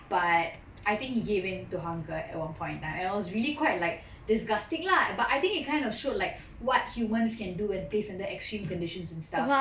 but I think he gave in to hunger at one point and it was really quite like disgusting lah but I think it kind of showed like what humans can do when placed under extreme conditions and stuff